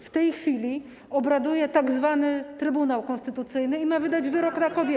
W tej chwili obraduje tzw. Trybunał Konstytucyjny i ma wydać wyrok na kobiety.